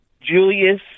Julius